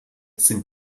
sind